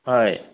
হয়